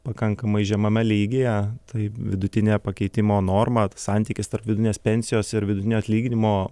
pakankamai žemame lygyje tai vidutinė pakeitimo norma santykis tarp vidinės pensijos ir vidutinio atlyginimo